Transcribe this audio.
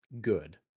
good